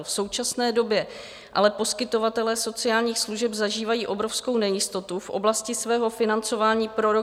V současné době ale poskytovatelé sociálních služeb zažívají obrovskou nejistotu v oblasti svého financování pro rok 2022.